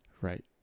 Right